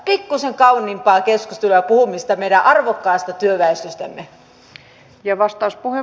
pikkuisen kauniimpaa keskustelua ja puhumista meidän arvokkaasta työväestöstämme